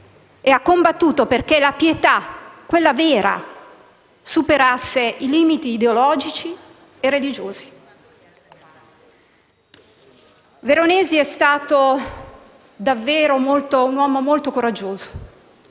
e ha combattuto perché la pietà, quella vera, superasse i limiti ideologici e religiosi. Veronesi è stato davvero un uomo molto coraggioso,